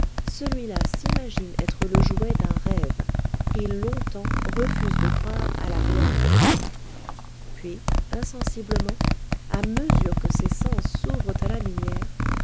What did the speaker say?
celui-là s'imagine être le jouet d'un rêve et longtemps refuse de croire à la réalité puis insensiblement à mesure que ses sens s'ouvrent à la lumière